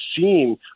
seen